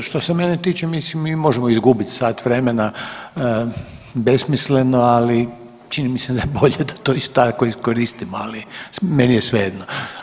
Što se mene tiče mislim mi možemo izgubiti sat vremena besmisleno, ali čini mi se da je bolje da to tako iskoristimo, ali meni je svejedno.